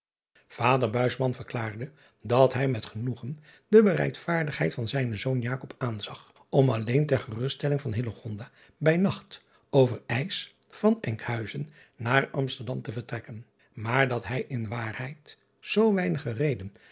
ader verklaarde dat hij met genoegen de bereidvaardigheid van zijnen zoon zag om alleen ter geruststelling van driaan oosjes zn et leven van illegonda uisman bij nacht over ijs van nkhuizen naar msterdam te vertrekken maar dat hij in waarheid zoo weinige reden